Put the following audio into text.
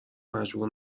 مجبور